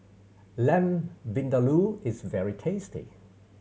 Lamb Vindaloo is very tasty